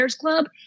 Club